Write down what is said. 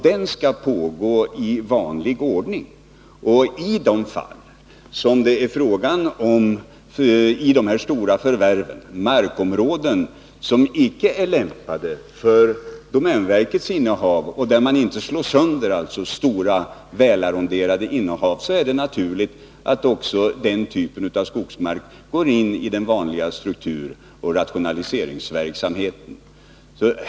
Den skall pågå i vanlig ordning. När det gäller förvärv av markområden som icke är lämpade för domänverkets innehav och där man alltså inte slår sönder stora välarronderade innehav är det naturligt | att den typen av skogsmark går in i den vanliga strukturoch rationaliseringsverksamheten.